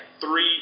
Three